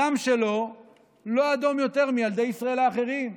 הדם שלו לא אדום יותר משל ילדי ישראל האחרים,